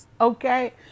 Okay